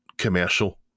commercial